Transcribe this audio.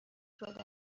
شده